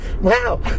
wow